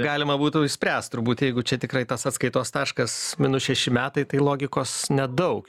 galima būtų išspręst turbūt jeigu čia tikrai tas atskaitos taškas minus šeši metai tai logikos nedaug